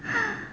ha